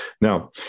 now